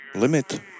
limit